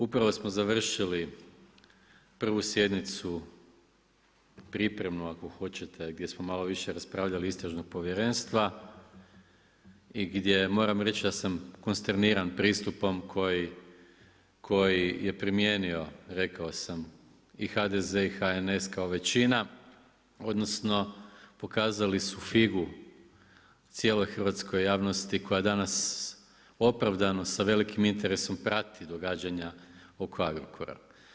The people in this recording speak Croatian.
Upravo smo završili prvu sjednicu pripremnu ako hoćete gdje smo malo više raspravljali Istražnog povjerenstva i gdje moram reći da sam konsterniran pristupom koji je primijenio rekao sam i HDZ i HNS kao većina, odnosno pokazali su figu cijeloj hrvatskoj javnosti koja danas opravdano sa velikim interesom prati događanja oko Agrokora.